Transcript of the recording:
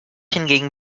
hingegen